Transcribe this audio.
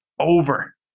over